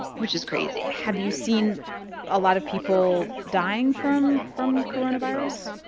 which is crazy have you seen a lot of people dying from from coronavirus?